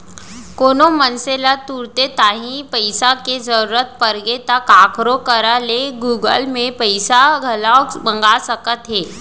कोनो मनसे ल तुरते तांही पइसा के जरूरत परगे ता काखरो करा ले गुगल पे म पइसा घलौक मंगा सकत हे